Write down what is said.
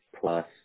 plus